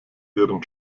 ihren